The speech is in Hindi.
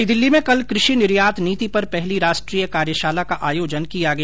नई दिल्ली में कल कृषि निर्यात नीति पर पहली राष्ट्रीय कार्यशाला का आयोजन किया गया